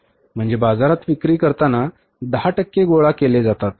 म्हणजे बाजारात विक्री करताना 10 टक्के गोळा केले जातात